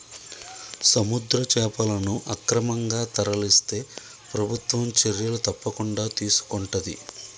సముద్ర చేపలను అక్రమంగా తరలిస్తే ప్రభుత్వం చర్యలు తప్పకుండా తీసుకొంటది